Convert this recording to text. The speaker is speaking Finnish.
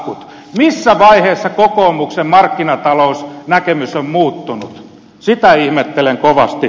missä vaiheessa kokoomuksen markkinatalousnäkemys on muuttunut sitä ihmettelen kovasti